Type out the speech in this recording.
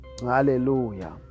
Hallelujah